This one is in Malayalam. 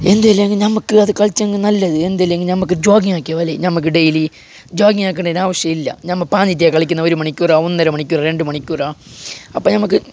എന്താണെങ്കിൽ നമുക്ക് അത് കളിച്ചെങ്കിൽ അത് നല്ലത് അത് അല്ലെങ്കിൽ നമുക്ക് ജോഗ്ഗിങ് ആക്കി നമുക്ക് ഡെയ്ലി ജോഗ്ഗിങ് ആക്കണ്ടതിൻ്റെ ആവിശ്യം ഇല്ല നമ്മൾ പറഞ്ഞിട്ടാണ് കളിക്കുന്നത് ഒരുമണിക്കൂർ ഒന്നര മണിക്കൂർ രണ്ട് മണിക്കൂറാണ് അപ്പോൾ നമുക്ക്